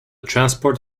transport